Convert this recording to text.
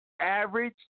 Average